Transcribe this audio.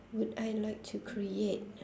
would I like to create